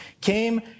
came